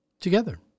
Together